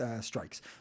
Strikes